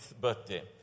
birthday